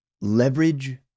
Leverage